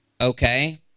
okay